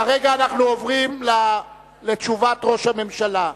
כרגע אנחנו עוברים לתשובת ראש הממשלה.